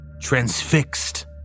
transfixed